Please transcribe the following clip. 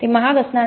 ते महाग होणार आहे